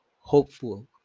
hopeful